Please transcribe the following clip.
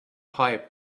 pipe